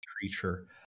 creature